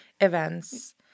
events